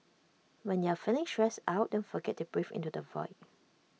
when you are feeling stressed out don't forget to breathe into the void